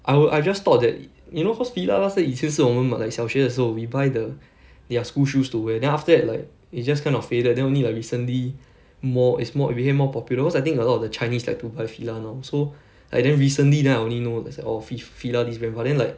I wou~ I just thought that you know cause FILA last time 以前是我们买 like 小学的时候 we buy the their school shoes to wear then after that like it just kind of faded then only like recently more it's more it became more popular because I think a lot of the chinese like to buy FILA now so like then recently then I only know there's like orh fi~ FILA this brand but then like